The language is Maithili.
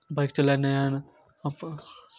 बाइक चलेनाइ यए अपन